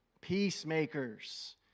Peacemakers